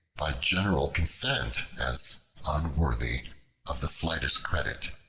by general consent, as unworthy of the slightest credit.